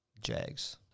Jags